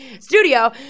studio